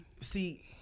See